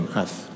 earth